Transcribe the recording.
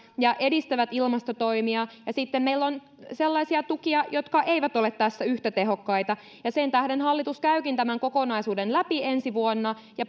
ja edistävät ilmastotoimia ja sitten meillä on sellaisia tukia jotka eivät ole tässä yhtä tehokkaita ja sen tähden hallitus käykin tämän kokonaisuuden läpi ensi vuonna ja